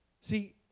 See